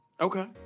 Okay